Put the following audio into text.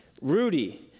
Rudy